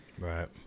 Right